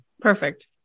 Perfect